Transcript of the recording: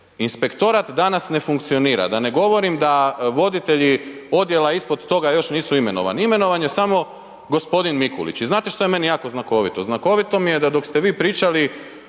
inspektorat danas ne funkcionira, da ne govorim da voditelji odjela ispod toga još nisu imenovani, imenovan je samo g. Mikulić i znate što je meni jako znakovito? Znakovito mi je da dok ste vi pričali